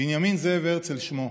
בנימין זאב הרצל שמו,